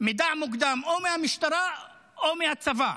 מידע מוקדם מהמשטרה או מהצבא.